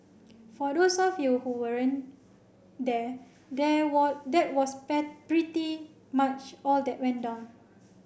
for those of you who weren't there there were that was pretty much all that went down